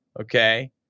okay